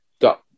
got